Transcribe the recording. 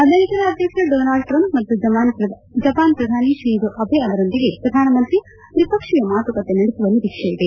ಅಮೆರಿಕಾದ ಅಧ್ಯಕ್ಷ Donald Trump ಮತ್ತು ಜಪಾನ್ ಪ್ರಧಾನಿ ಶಿಂಜೊ ಅಬೆ ಅವರೊಂದಿಗೆ ಪ್ರಧಾನಮಂತ್ರಿ ತ್ರಿಪಕ್ಷೀಯ ಮಾತುಕತೆ ನಡೆಸುವ ನಿರೀಕ್ಷೆಯಿದೆ